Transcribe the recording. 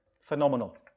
Phenomenal